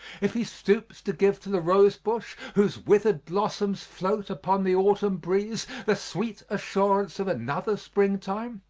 if he stoops to give to the rose bush, whose withered blossoms float upon the autumn breeze, the sweet assurance of another springtime,